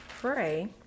pray